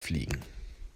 fliegen